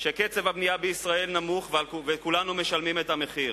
שקצב הבנייה בישראל נמוך, וכולנו משלמים את המחיר.